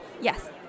Yes